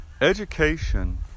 education